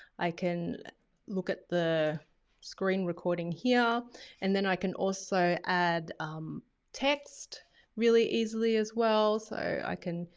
i can look at the screen recording here and then i can also add text really easily as well, so i can,